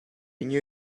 knew